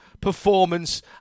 performance